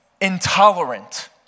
intolerant